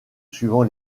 suivant